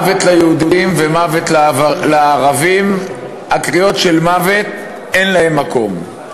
"מוות ליהודים" ו"מוות לערבים" לקריאות של מוות אין מקום,